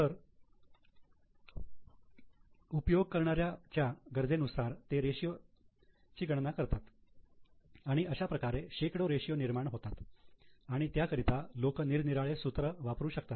तर उपयोग करणाऱ्या च्या गरजेनुसार ते रेशियो ची गणना करतात आणि अशाप्रकारे शेकडो रेशियो निर्माण होतात आणि त्याकरिता लोक निरनिराळे सूत्र वापरू शकतात